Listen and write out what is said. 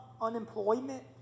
unemployment